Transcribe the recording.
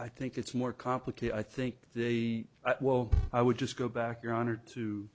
i think it's more complicated i think they will i would just go back your honor to